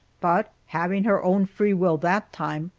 but having her own free will that time,